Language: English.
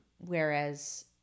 whereas